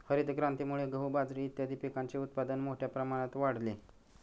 हरितक्रांतीमुळे गहू, बाजरी इत्यादीं पिकांचे उत्पादन मोठ्या प्रमाणात वाढले